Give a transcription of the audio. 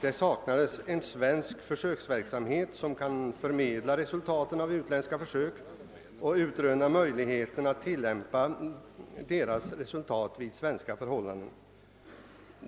Det saknades en svensk försöksverksamhet som kunde förmedla resultaten av utländska försök och utröna möjligheterna att tillämpa dessa resultat på svenska förhållanden.